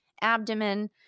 abdomen